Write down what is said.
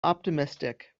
optimistic